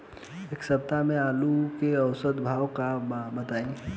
एक सप्ताह से आलू के औसत भाव का बा बताई?